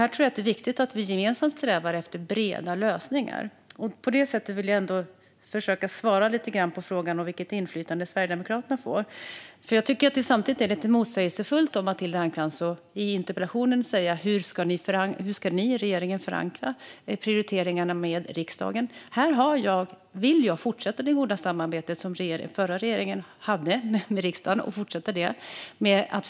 Jag tror att det är viktigt att vi gemensamt strävar efter breda lösningar, och därför vill jag försöka svara lite grann på frågan om vilket inflytande Sverigedemokraterna får. Jag tycker att det är lite motsägelsefullt av Matilda Ernkrans att samtidigt i interpellationen fråga hur vi i regeringen ska förankra prioriteringarna med riksdagen. Jag vill fortsätta det goda samarbete som den förra regeringen hade med riksdagen och fortsätta att förankra det.